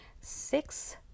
Six